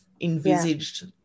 envisaged